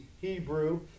Hebrew